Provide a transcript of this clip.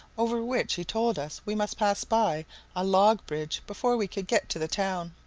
over which he told us we must pass by a log-bridge before we could get to the town.